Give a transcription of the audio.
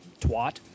Twat